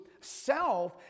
self